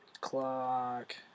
Clock